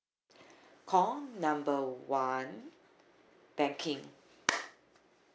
call number one banking